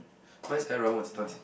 mine is either ramen or